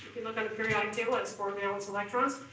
you look on a periodic table, it's four valence electrons.